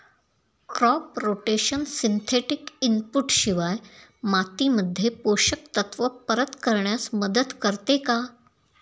Crop rotation synthetic input शिवाय मातीमध्ये पोषक तत्त्व परत करण्यास मदत करते का?